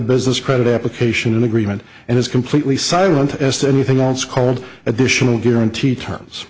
business credit application agreement and is completely silent as to anything else called additional guarantee terms